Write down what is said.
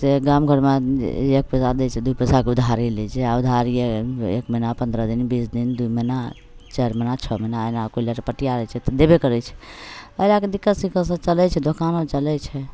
से गामघरमे एक पइसा दै छै दुइ पइसाके उधारी लै छै आओर उधारिए एक महिना पनरह दिन बीस दिन दुइ महिना चारि महिना छओ महिना एना कोइ लटपटिआ रहै छै देबे करै छै हमरा आओरके दिक्कत सिक्कतसे चलै छै दोकानो चलै छै